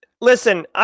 Listen